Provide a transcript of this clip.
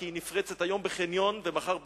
כי היא נפרצת היום בחניון ומחר בקניון,